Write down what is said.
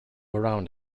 around